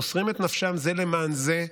מוסרים את נפשם זה למען זה.